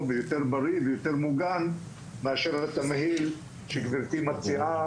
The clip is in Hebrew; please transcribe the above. ויותר בריא ויותר מוגן מאשר התמהיל שגבירתי מציעה,